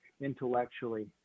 intellectually